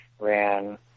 ran